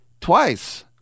twice